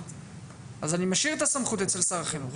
אז אני משאיר את הסמכות אצל שר החינוך.